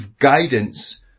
guidance